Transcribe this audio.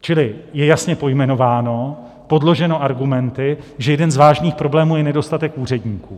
Čili je jasně pojmenováno, podloženo argumenty, že jeden z vážných problémů je nedostatek úředníků.